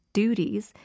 duties